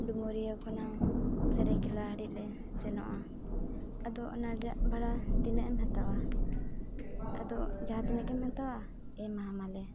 ᱰᱩᱢᱩᱨᱤᱭᱟᱹ ᱠᱷᱚᱱᱟᱜ ᱥᱚᱨᱟᱭᱠᱮᱞᱞᱟ ᱦᱟᱹᱨᱤᱡ ᱞᱮ ᱥᱮᱱᱚᱜᱼᱟ ᱟᱫᱚ ᱚᱱᱟ ᱨᱮᱭᱟᱜ ᱵᱷᱟᱲᱟ ᱛᱤᱱᱟᱹᱜ ᱮᱢ ᱦᱟᱛᱟᱣᱟ ᱟᱫᱚ ᱡᱟᱦᱟᱸ ᱛᱤᱱᱟᱹᱜ ᱜᱮᱢ ᱦᱟᱛᱟᱣᱟ ᱮᱢᱟᱣᱟᱢᱟᱞᱮ